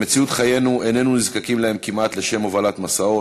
במציאות חיינו איננו נזקקים להם כמעט לשם הובלת משאות,